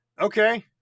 okay